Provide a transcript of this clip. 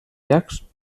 llacs